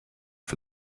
for